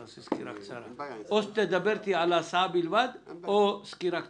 סקירה קצרה או שתדבר על ההסעה בלבד או סקירה קצרה,